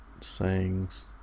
sayings